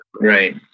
Right